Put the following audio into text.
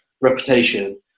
reputation